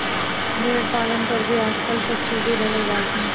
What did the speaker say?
भेड़ पालन पर भी आजकल सब्सीडी देलो जाय छै